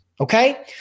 Okay